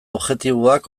objektiboak